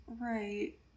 right